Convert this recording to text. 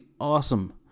awesome